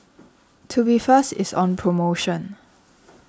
Tubifast is on promotion